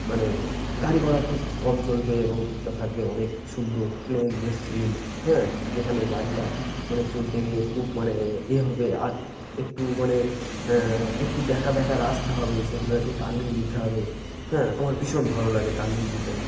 মানে গাড়ি ঘোড়া খুব কম চলবে এবং ট্যুরটা থাকবে অনেক সুন্দর প্লেন মসৃণ হ্যাঁ যেখানে গাড়িটা মানে চলতে গিয়ে খুব মানে ইয়ে হবে আর একটু মানে একটু ব্যাকা ব্যাকা রাস্তা হবে সেগুলো একটু টার্নিং নিতে হবে হ্যাঁ আমার ভীষণ ভালো লাগে টার্নিং নিতে